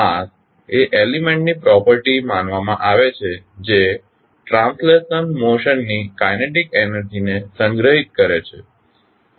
માસ એ એલીમેન્ટ ની પ્રોપર્ટી માનવામાં આવે છે જે ટ્રાન્સલેશન્લ મોશન ની કાઇનેટિક એનર્જી ને સંગ્રહિત કરે છે